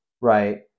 Right